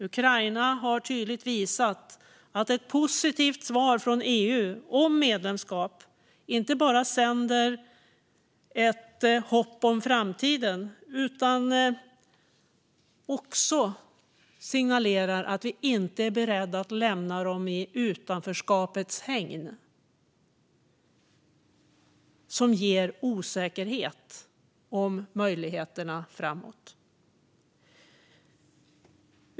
Ukraina har tydligt visat att ett positivt svar från EU om medlemskap inte bara sänder hopp om framtiden utan också signalerar att vi inte är beredda att lämna dem i utanförskapets hägn, som ger osäkerhet om möjligheterna framåt.